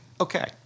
Okay